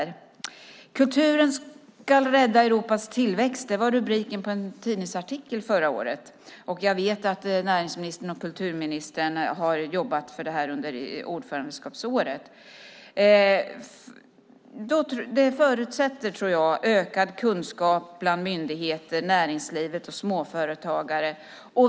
Kulturen ska rädda Europas tillväxt. Det var rubriken på en tidningsartikel förra året. Jag vet att näringsministern och kulturministern har jobbat för det under ordförandeskapsåret. Det förutsätter ökad kunskap hos myndigheter, näringslivet och småföretagare.